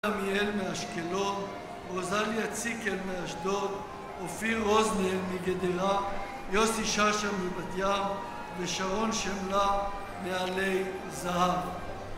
עמיאל מאשקלון, רוזליה ציקל מאשדוד, אופיר רוזניאל מגדרה, יוסי שאשא מבת ים, ושרון שמלה מעלי זהב.